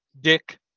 dick